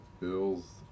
Bills